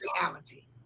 reality